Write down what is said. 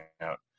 out